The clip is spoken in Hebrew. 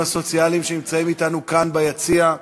הסוציאליים שנמצאים אתנו כאן ביציע,